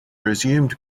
resumed